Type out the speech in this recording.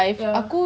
ya